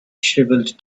shriveled